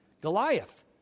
Goliath